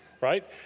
right